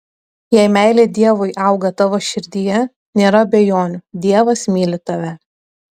jei meilė dievui auga tavo širdyje nėra abejonių dievas myli tave